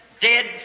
dead